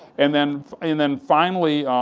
and then and then finally,